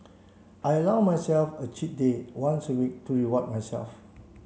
I allow myself a cheat day once a week to reward myself